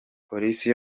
polisi